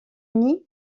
uni